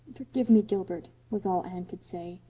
forgive me, gilbert, was all anne could say.